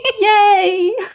Yay